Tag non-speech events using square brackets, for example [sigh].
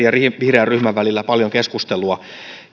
[unintelligible] ja vihreän ryhmän välillä paljon keskustelua